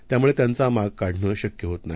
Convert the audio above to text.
त्यामुळे त्यांचा मागोवा काढणं शक्य होत नाही